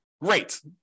great